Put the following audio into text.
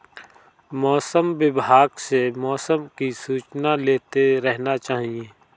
मौसम विभाग से मौसम की सूचना लेते रहना चाहिये?